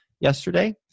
yesterday